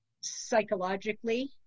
psychologically